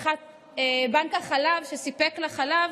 בנק חלב שסיפק לה חלב,